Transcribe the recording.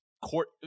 court